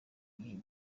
gihe